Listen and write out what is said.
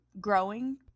growing